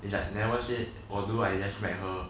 it's like never said although I just met her